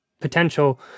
potential